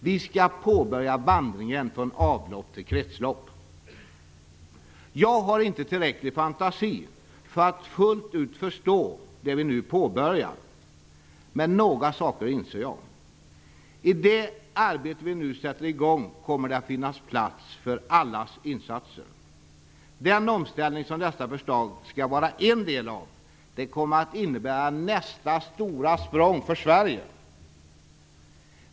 Vi skall påbörja vandringen från avlopp till kretslopp. Jag har inte tillräcklig fantasi för att fullt ut förstå det som vi nu påbörjar. Men jag inser några saker. I det arbete som vi nu sätter i gång kommer det att finnas plats för allas insatser. Den omställning som dessa förslag skall vara en del av kommer att innebära nästa stora språng för Sverige.